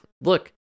look